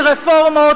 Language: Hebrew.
כי רפורמות,